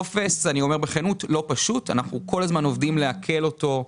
מדובר על טופס לא פשוט שאנחנו כל הזמן עובדים להקל אותו,